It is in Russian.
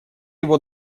его